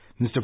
Mr